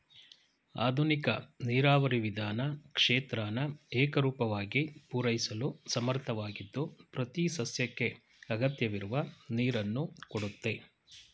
ಆಧುನಿಕ ನೀರಾವರಿ ವಿಧಾನ ಕ್ಷೇತ್ರನ ಏಕರೂಪವಾಗಿ ಪೂರೈಸಲು ಸಮರ್ಥವಾಗಿದ್ದು ಪ್ರತಿಸಸ್ಯಕ್ಕೆ ಅಗತ್ಯವಿರುವ ನೀರನ್ನು ಕೊಡುತ್ತೆ